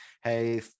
hey